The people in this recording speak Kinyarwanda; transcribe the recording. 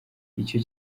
icyo